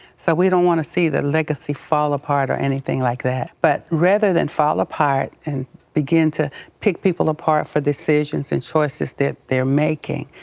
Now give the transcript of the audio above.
so we don't want to see the legacy fall apart or anything like that. but rather than fall apart and begin to pick people apart for decisions and choices that they are making,